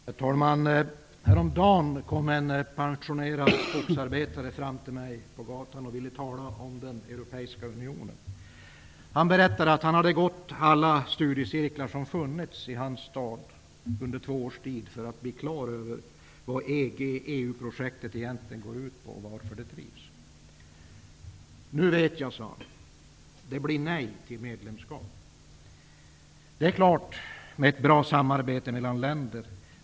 Herr talman! Häromdagen kom en pensionerad skogsarbetare fram till mig på gatan och ville tala om den europeiska unionen. Han berättade att han under två års tid hade gått på alla studiecirklar som fanns i hans hemstad för att bli klar över vad EG/EU-projektet går ut på och varför det drivs. Nu vet jag, sade han, det blir ett nej till medlemskap. Det är klart att det är bra med samarbete mellan länder.